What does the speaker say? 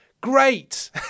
great